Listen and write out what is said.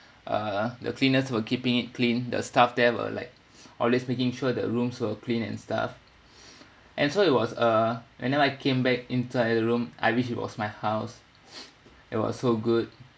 uh the cleaners were keeping it clean the staff there were like always making sure the rooms were clean and stuff and so it was uh and then I came back inside the room I wish it was my house it was so good